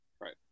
Right